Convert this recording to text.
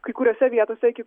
kai kuriose vietose iki